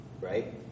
right